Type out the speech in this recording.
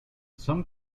some